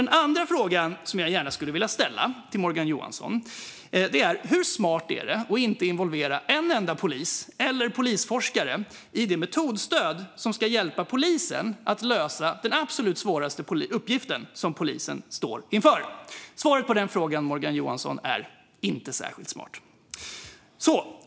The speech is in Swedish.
Den andra frågan som jag gärna vill ställa till Morgan Johansson är: Hur smart är det att inte involvera en enda polis eller polisforskare i det metodstöd som ska hjälpa polisen att lösa den absolut svåraste uppgiften som polisen står inför? Svaret på den frågan, Morgan Johansson, är: Inte särskilt smart.